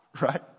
right